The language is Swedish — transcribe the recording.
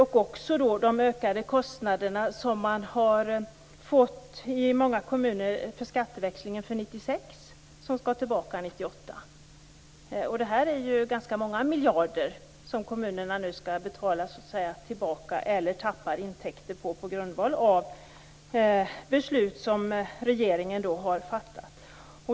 Många kommuner har också fått ökade kostnader för skatteväxlingen för 1996 och som skall tillbaka 1998. Detta är ju fråga om ganska många miljarder som kommunerna nu skall betala tillbaka eller som de förlorar intäkter på beroende på beslut som regeringen har fattat.